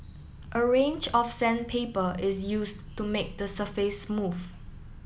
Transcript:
a range of sandpaper is used to make the surface smooth